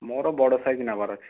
ମୋର ବଡ଼ ସାଇଜ ନେବାର ଅଛି